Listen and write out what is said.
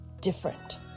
different